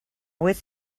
with